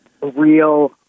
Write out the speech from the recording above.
real